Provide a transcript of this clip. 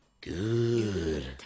Good